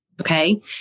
okay